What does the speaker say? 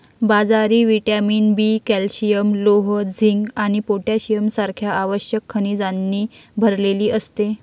बाजरी vitamin B, calcium, लोह, zinc आणि पोटॅशियम सारख्या आवश्यक खनिजांनी भरलेली असते